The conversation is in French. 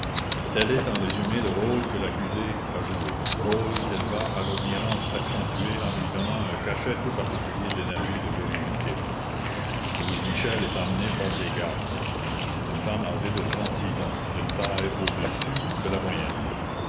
tel est en résumé le rôle que l'accusée a joué rôle qu'elle va à l'audience accentuer en lui donnant un cachet tout particulier d'énergie et de virilité louise michel est amenée par des gardes c'est une femme âgée de trente-six ans d'une taille au-dessus de la moyenne